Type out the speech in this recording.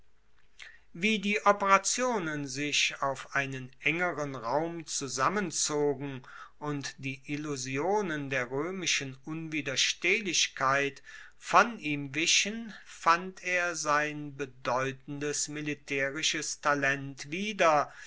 wie die operationen sich auf einen engeren raum zusammenzogen und die illusionen der roemischen unwiderstehlichkeit von ihm wichen fand er sein bedeutendes militaerisches talent wieder